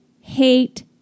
hate